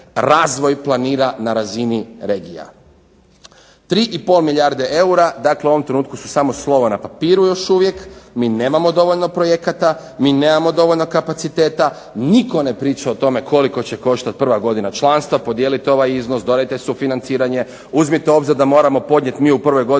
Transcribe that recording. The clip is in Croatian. razvoj planira na razini regija. 3 i pol milijarde eura dakle u ovom trenutku su samo slova na papiru još uvijek, mi nemamo dovoljno projekata, mi nemamo dovoljno kapaciteta, nitko ne priča o tome koliko će koštati prva godina članstva, podijelite ovaj iznos, dodajte sufinanciranje, uzmite u obzir da moramo podnijet mi u prvoj godini